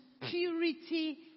purity